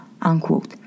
Unquote